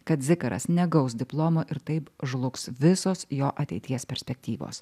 kad zikaras negaus diplomo ir taip žlugs visos jo ateities perspektyvos